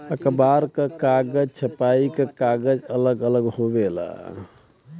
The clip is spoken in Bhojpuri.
अखबार क कागज, छपाई क कागज अलग अलग होवेला